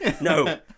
No